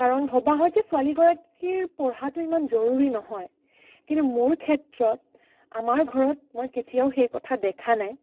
কাৰণ ভবা হয় যে ছোৱালীগৰাকীৰ পঢ়াটো ইমান জৰুৰী নহয় কিন্তু মোৰ ক্ষেত্ৰত আমাৰ ঘৰত মই কেতিয়াও সেই কথা দেখা নাই